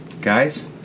Guys